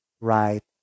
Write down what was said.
right